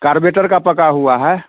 कारबेटर का पका हुआ है